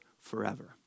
forever